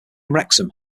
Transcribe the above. wrexham